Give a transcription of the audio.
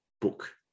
book